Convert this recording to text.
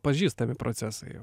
pažįstami procesai jau